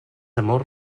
amor